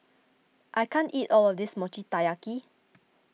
I can't eat all of this Mochi Taiyaki